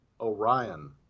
Orion